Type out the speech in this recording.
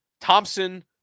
Thompson